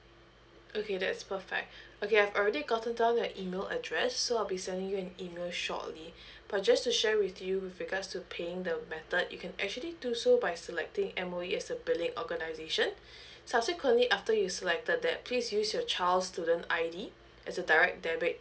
okay that is perfect okay I've already gotten down your email address so I'll be sending you an email shortly but just to share with you with regards to paying the method you can actually do so by selecting M_O_E as the billing organisation subsequently after you selected that please use your child's student I_D as the direct debit